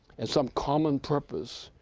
and some common purpose,